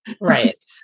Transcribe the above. right